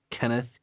Kenneth